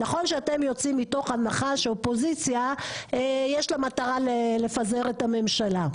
נכון שאתם יוצאים מתוך הנחה שהאופוזיציה יש לה מטרה לפזר את הממשלה,